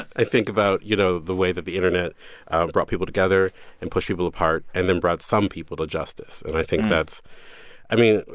i think about, you know, the way that the internet brought people together and pushed people apart, and then brought some people to justice. and i think that's i mean,